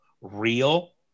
real